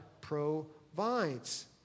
provides